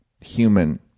human